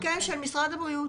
הבריאות.